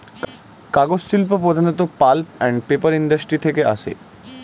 কাগজ শিল্প প্রধানত পাল্প অ্যান্ড পেপার ইন্ডাস্ট্রি থেকে আসে